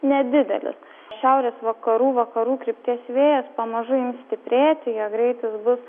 nedidelis šiaurės vakarų vakarų krypties vėjas pamažu ims stiprėti jo greitis bus